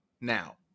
now